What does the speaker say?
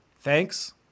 Thanks